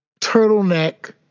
turtleneck